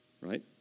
Right